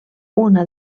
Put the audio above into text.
una